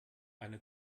eine